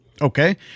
Okay